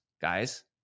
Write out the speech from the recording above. guys